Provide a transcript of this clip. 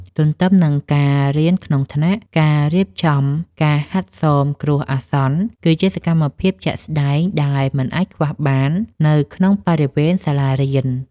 ទន្ទឹមនឹងការរៀនក្នុងថ្នាក់ ការរៀបចំការហាត់សមគ្រោះអាសន្ន គឺជាសកម្មភាពជាក់ស្ដែងដែលមិនអាចខ្វះបាននៅក្នុងបរិវេណសាលារៀន។